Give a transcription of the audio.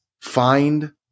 find